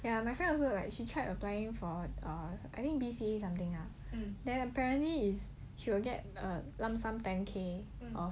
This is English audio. ya my friend also like she tried applying for err I think something ah then apparently is she will get a lump sum ten K of